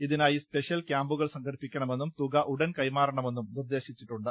ഇതിനായി സ്പെഷ്യൽ കൃാമ്പുകൾ സംഘടിപ്പിക്കണമെന്നും തുക ഉടൻ കൈമാറണമെന്നും നിർദ്ദേശിച്ചിട്ടുണ്ട്